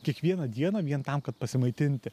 kiekvieną dieną vien tam kad pasimaitinti